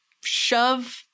shove